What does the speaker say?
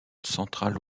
centrales